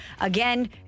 again